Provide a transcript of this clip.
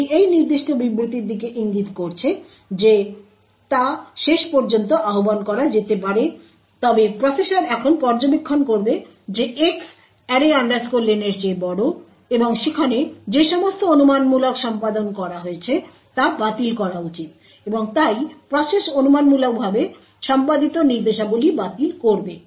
এটি এই নির্দিষ্ট বিবৃতিটির দিকে ইঙ্গিত করছে যে তা শেষ পর্যন্ত আহ্বান করা যেতে পারে তবে প্রসেসর এখন পর্যবেক্ষণ করবে যে X array len এর চেয়ে বড় এবং সেখানে যে সমস্ত অনুমানমূলক সম্পাদন করা হয়েছে তা বাতিল করা উচিত এবং তাই প্রসেস অনুমানমূলকভাবে সম্পাদিত নির্দেশাবলী বাতিল করবে